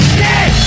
dead